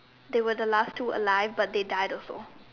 they were the last two alive but they died also